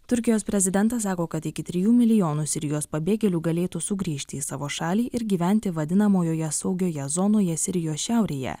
turkijos prezidentas sako kad iki trijų milijonų sirijos pabėgėlių galėtų sugrįžti į savo šalį ir gyventi vadinamojoje saugioje zonoje sirijos šiaurėje